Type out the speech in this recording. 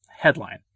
Headline